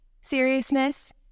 seriousness